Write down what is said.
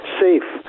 safe